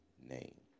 name